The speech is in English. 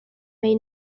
may